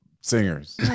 singers